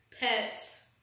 pets